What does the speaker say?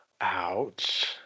Ouch